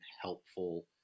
helpful